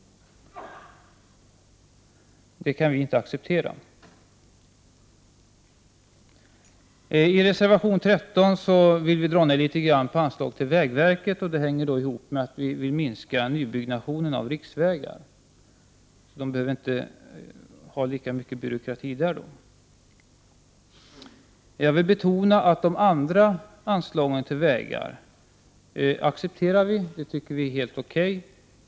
Det kan vi inte acceptera. I reservation 13 vill vi dra ned litet på anslaget till vägverket. Det hänger ihop med att vi vill minska nybyggnationen av riksvägar. Då behöver man inte ha lika mycket byråkrati därvidlag. Jag vill betona att vi accepterar de andra anslagen till vägar — de tycker vi är helt okej.